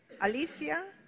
Alicia